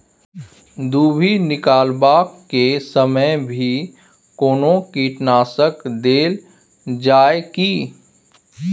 दुभी निकलबाक के समय मे भी कोनो कीटनाशक देल जाय की?